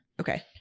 Okay